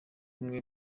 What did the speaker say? bumwe